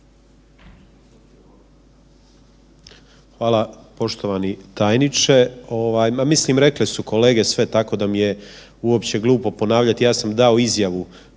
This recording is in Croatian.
Hvala poštovani tajniče, ovaj ma mislim rekli su kolege sve tako da mi je uopće glupo ponavljati. Ja sam dao izjavu